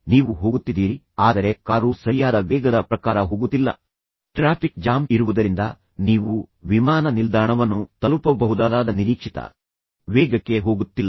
ನೀವು ಕೇವಲ ಹೋಗುತ್ತಿದ್ದೀರಿ ಆದರೆ ಕಾರು ಸರಿಯಾದ ವೇಗದ ಪ್ರಕಾರ ಹೋಗುತ್ತಿಲ್ಲ ಟ್ರಾಫಿಕ್ ಜಾಮ್ ಇರುವುದರಿಂದ ನೀವು ವಿಮಾನ ನಿಲ್ದಾಣವನ್ನು ತಲುಪಬಹುದಾದ ನಿರೀಕ್ಷಿತ ವೇಗಕ್ಕೆ ಹೋಗುತ್ತಿಲ್ಲ